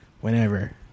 whenever